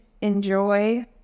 enjoy